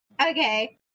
okay